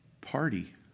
party